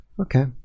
Okay